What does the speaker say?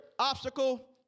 Obstacle